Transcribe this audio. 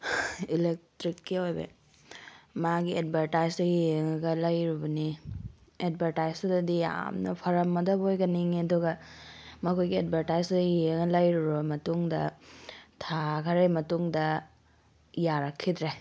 ꯏꯂꯦꯛꯇ꯭ꯔꯤꯛꯀꯤ ꯑꯣꯏꯕ ꯃꯥꯒꯤ ꯑꯦꯠꯚꯔꯇꯥꯏꯁꯇꯣ ꯌꯦꯡꯉꯒ ꯂꯩꯔꯨꯕꯅꯦ ꯑꯦꯠꯚꯔꯇꯥꯏꯁꯇꯨꯗꯗꯤ ꯌꯥꯝꯅ ꯐꯔꯝꯃꯗꯕꯣꯏꯒ ꯅꯤꯡꯉꯦ ꯑꯗꯨꯒ ꯃꯈꯣꯏꯒꯤ ꯑꯦꯠꯚꯔꯇꯥꯏꯁꯇꯣ ꯌꯦꯡꯉ ꯂꯩꯔꯨꯔꯕ ꯃꯇꯨꯡꯗ ꯊꯥ ꯈꯔꯒꯤ ꯃꯇꯨꯡꯗ ꯌꯥꯔꯛꯈꯤꯗ꯭ꯔꯦ